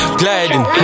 gliding